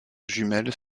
jumelles